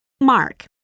Mark